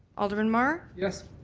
alderman mar? yes.